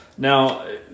Now